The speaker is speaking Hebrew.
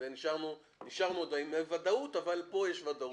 נשארנו עם ודאות אבל פה יש ודאות אחרת.